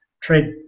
trade